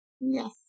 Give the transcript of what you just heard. Yes